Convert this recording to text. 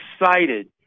excited